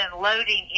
loading